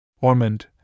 Ormond